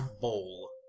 bowl